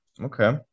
okay